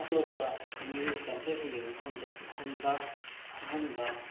ꯑꯇꯣꯞꯄ ꯃꯤ ꯀꯜꯆꯔꯁꯤꯡꯒꯤ ꯃꯐꯝꯗ ꯎꯍꯟꯕ ꯈꯪꯍꯟꯕ